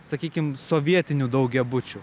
sakykim sovietinių daugiabučių